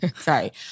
sorry